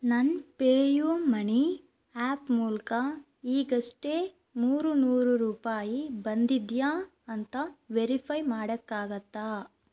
ನನ್ನ PayU Money app ಮೂಲಕ ಈಗಷ್ಟೇ ಮೂರು ನೂರು ರೂಪಾಯಿ ಬಂದಿದೆಯಾ ಅಂತ ವೆರಿಫೈ ಮಾಡೋಕ್ಕಾಗತ್ತಾ